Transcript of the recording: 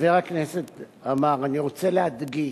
חבר הכנסת עמאר, אני רוצה להדגיש: